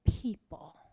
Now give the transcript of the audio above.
people